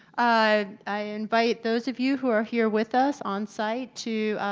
ah i invite those of you who are here with us on-site to,